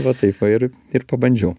va taip va ir ir pabandžiau